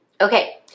Okay